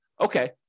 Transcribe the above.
okay